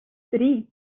три